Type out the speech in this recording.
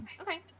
Okay